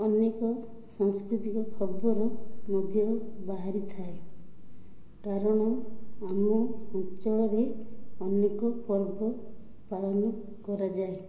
ଅନେକ ସାଂସ୍କୃତିକ ଖବର ମଧ୍ୟ ବାହାରିଥାଏ କାରଣ ଆମ ଅଞ୍ଚଳରେ ଅନେକ ପର୍ବ ପାଳନ କରାଯାଏ